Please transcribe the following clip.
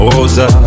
Rosa